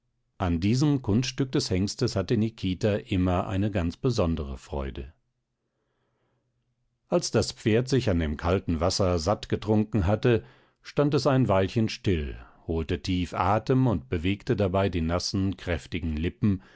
an diesem kunststück des hengstes hatte nikita immer eine ganz besondere freude als das pferd sich an dem kalten wasser satt getrunken hatte stand es ein weilchen still holte tief atem und bewegte dabei die nassen kräftigen lippen